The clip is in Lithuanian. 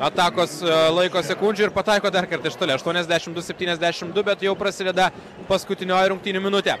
atakos laiko sekundžių ir pataiko dar kartą iš toli aštuoniasdešimt du septyniasdešimt du bet jau prasideda paskutinioji rungtynių minutė